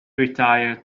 retired